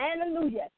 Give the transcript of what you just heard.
hallelujah